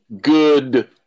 good